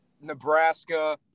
Nebraska –